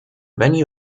venue